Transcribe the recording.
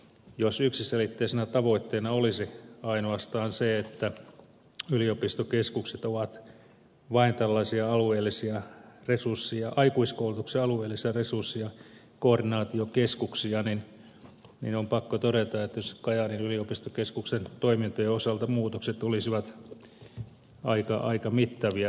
jos yksiselitteisenä tavoitteena olisi ainoastaan se että yliopistokeskukset ovat vain tällaisia aikuiskoulutuksen alueellisia resurssi ja koordinaatiokeskuksia niin on pakko todeta että kajaanin yliopistokeskuksen toimintojen osalta muutokset olisivat aika mittavia